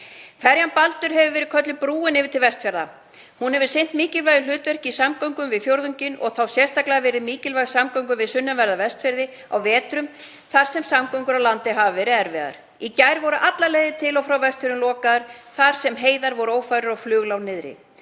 Ferjan Baldur hefur verið kölluð brúin yfir til Vestfjarða. Hún hefur sinnt mikilvægu hlutverki í samgöngum við fjórðunginn og hefur þá sérstaklega verið mikilvæg tenging við sunnanverða Vestfirði á vetrum þar sem samgöngur á landi hafa verið erfiðar. Í gær voru allar leiðir til og frá Vestfjörðum lokaðar þar sem heiðar voru ófærar og flug lá niðri.